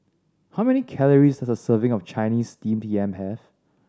how many calories does a serving of Chinese Steamed Yam have